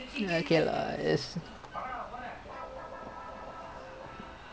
I think my அப்பா:appaa doing until like sixty sixty four something or sixty five even